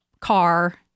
car